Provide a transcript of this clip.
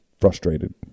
frustrated